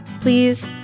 Please